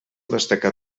destacar